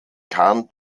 kahn